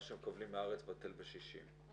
מה שמקבלים מהארץ בטל בשישים.